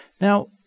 Now